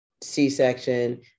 C-section